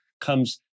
comes